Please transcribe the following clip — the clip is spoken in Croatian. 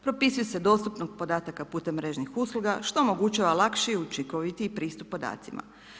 Propisuje se dostupnost podataka putem mrežnih usluga što omogućava lakši i učinkovitiji pristup podacima.